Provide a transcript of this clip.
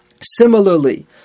Similarly